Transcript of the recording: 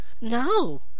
No